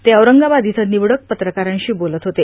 ते औरंगाबाद इथं निवडक पत्रकारांशी बोलत होते